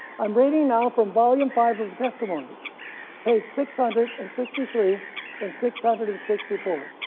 i am reading now from volume five of the testimonies page six hundred and sixty three and six hundred and sixty four.